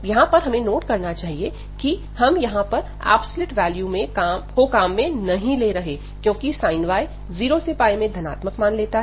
यहां पर हमें नोट करना चाहिए कि हम यहां पर एब्सोल्यूट वैल्यू को काम में नहीं ले रहे हैं क्योंकि sin y 0 से मे धनात्मक मान लेता है